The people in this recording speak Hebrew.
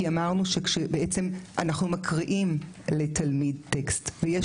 כי אמרנו כשבעצם אנחנו מקריאים לתלמיד טקסט ויש